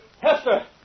Hester